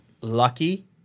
lucky